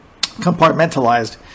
compartmentalized